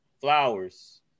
Flowers